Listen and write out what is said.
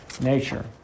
nature